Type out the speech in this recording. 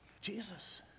Jesus